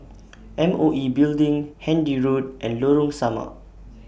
M O E Building Handy Road and Lorong Samak